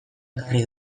ekarri